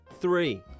three